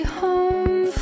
home